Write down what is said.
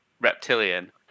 reptilian